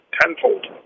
tenfold